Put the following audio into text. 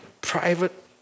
private